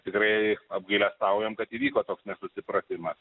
tikrai apgailestaujam kad įvyko toks nesusipratimas